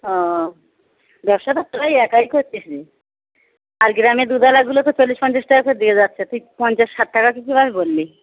ও ব্যবসা তো তোরাই একাই করছিস রে আর গ্রামের দুধওয়ালাগুলো তো চল্লিশ পঞ্চাশ টাকা করে দিয়ে যাচ্ছে তুই পঞ্চাশ ষাট টাকা কীভাবে বললি